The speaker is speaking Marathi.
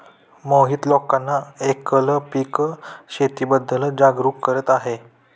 मोहित लोकांना एकल पीक शेतीबद्दल जागरूक करत आहे